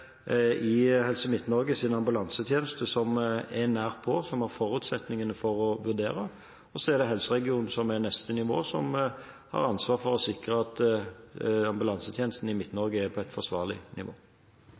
Helse Midt-Norges ambulansetjeneste, som er nær på, som har forutsetningene for å vurdere, og så er helseregionen neste nivå som har ansvar for å sikre at ambulansetjenesten i